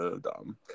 Dumb